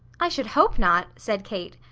i should hope not! said kate,